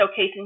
showcasing